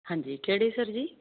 ਹਾਂਜੀ ਕਿਹੜੀ ਸਰ ਜੀ